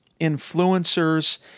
influencers